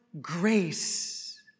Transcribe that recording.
grace